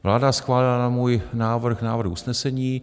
Vláda schválila na můj návrh návrh usnesení.